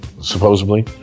supposedly